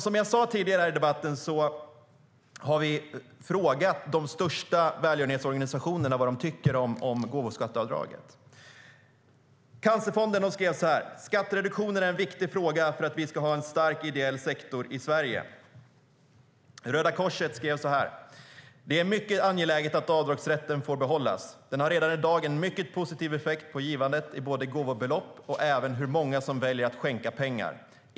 Som jag sa tidigare i debatten har vi frågat de största välgörenhetsorganisationerna vad de tycker om gåvoskatteavdraget. Cancerfonden skrev: Skattereduktionen är en viktig fråga för att vi ska ha en stark ideell sektor i Sverige. Röda Korset skrev: Det är mycket angeläget att avdragsrätten får behållas. Den har redan i dag en mycket positiv effekt på givandet i både gåvobelopp och hur många som väljer att skänka pengar.